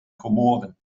komoren